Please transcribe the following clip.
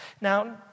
Now